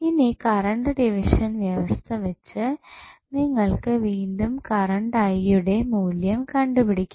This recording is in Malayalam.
ഇനി കറണ്ട് ഡിവിഷൻ വ്യവസ്ഥ വെച്ച് നിങ്ങൾക്കു വീണ്ടും കറണ്ട് I യുടെ മൂല്യം കണ്ടുപിടിക്കാം